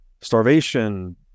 starvation